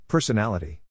Personality